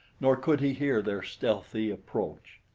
nor could he hear their stealthy approach.